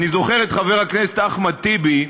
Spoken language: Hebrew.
אני זוכר את חבר הכנסת אחמד טיבי,